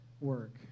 work